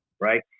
right